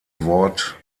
wort